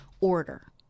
order